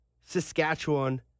Saskatchewan